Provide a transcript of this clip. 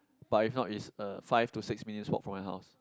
but if not it's a five to six minutes walk from my house